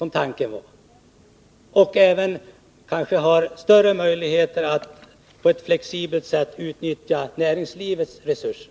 Man får kanske även större möjlighet att på ett flexibelt sätt utnyttja näringslivets resurser.